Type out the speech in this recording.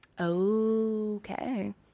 Okay